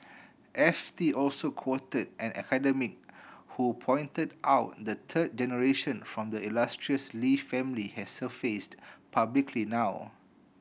F T also quoted an academic who pointed out the third generation from the illustrious Lee family has surfaced publicly now